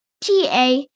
ta